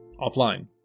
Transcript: offline